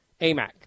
AMAC